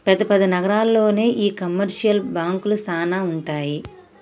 పెద్ద పెద్ద నగరాల్లోనే ఈ కమర్షియల్ బాంకులు సానా ఉంటాయి